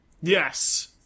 yes